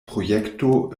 projekto